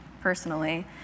personally